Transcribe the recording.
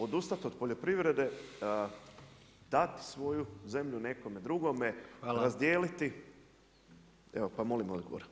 Odustati od poljoprivrede, dat svoju zemlju nekome drugome, razdijeliti, evo pa molim odgovor.